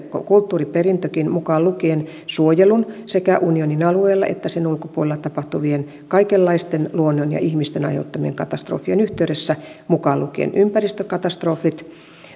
kulttuuriperintökin mukaan lukien suojelun sekä unionin alueella että sen ulkopuolella tapahtuvien kaikenlaisten luonnon ja ihmisten aiheuttamien katastrofien yhteydessä mukaan lukien ympäristökatastrofit